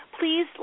Please